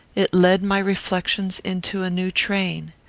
it led my reflections into a new train.